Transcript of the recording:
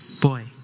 Boy